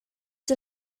did